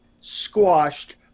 squashed